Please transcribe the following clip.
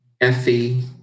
Effie